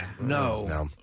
No